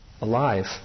alive